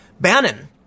Bannon